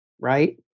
right